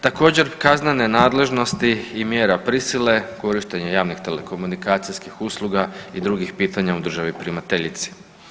Također, kaznene nadležnosti i mjere prisile, korištenje javnih telekomunikacijskih usluga i drugih pitanja u državi primateljici.